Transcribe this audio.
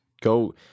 go